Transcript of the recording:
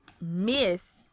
miss